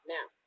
Now